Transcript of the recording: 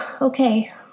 okay